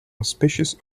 auspicious